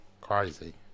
Crazy